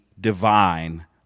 divine